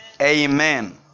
Amen